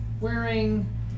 wearing